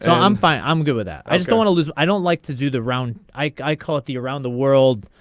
um fine i'm good with that i was going to lose i don't like to do the round. i i call it the around the world.